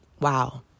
wow